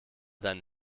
deinen